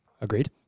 Agreed